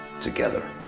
together